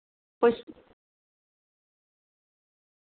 push